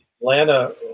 Atlanta